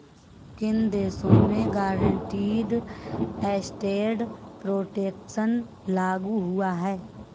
किन देशों में गारंटीड एसेट प्रोटेक्शन लागू हुआ है?